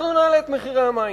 אנחנו נעלה את מחירי המים.